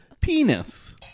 Penis